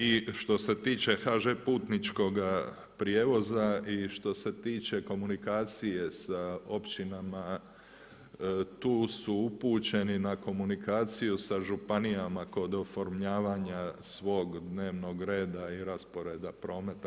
I što se tiče HŽ Putničkoga prijevoza i što se tiče komunikacije sa općinama tu su upućeni na komunikaciju sa županijama kod oformljavanja svog dnevnog reda i rasporeda prometa.